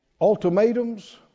ultimatums